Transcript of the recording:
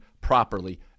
properly